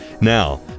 Now